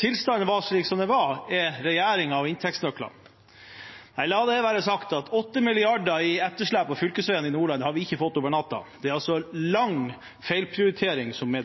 tilstanden var slik den var, er regjeringen og inntektsnøklene. La det være sagt at 8 mrd. kr i etterslep på fylkesveiene i Nordland har ikke kommet over natten. Det er lang tid med feilprioritering som